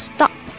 Stop